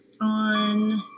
on